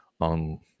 on